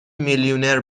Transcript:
میلیونر